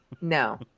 No